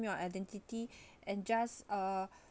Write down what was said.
your identity and just uh